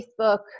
Facebook